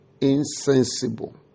insensible